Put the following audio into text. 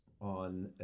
On